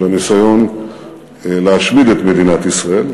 של הניסיון להשמיד את מדינת ישראל.